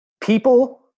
people